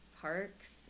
parks